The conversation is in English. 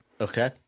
Okay